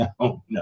no